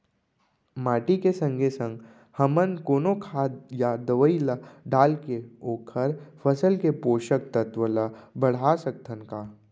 माटी के संगे संग हमन कोनो खाद या दवई ल डालके ओखर फसल के पोषकतत्त्व ल बढ़ा सकथन का?